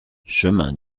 chemin